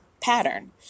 pattern